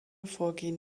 vorgehen